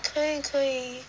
可以可以